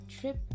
trip